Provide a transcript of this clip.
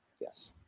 Yes